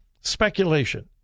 speculation